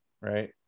right